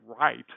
right